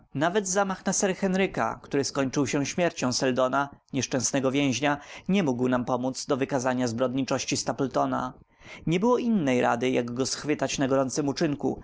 nawet zamach na sir henryka który skończył się śmiercią seldona nieszczęsnego więźnia nie mógł nam pomódz do wykazania zbrodniczości stapletona nie było innej rady jak go schwytać na gorącym uczynku